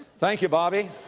thank you, bobby.